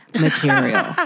material